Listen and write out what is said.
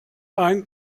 ein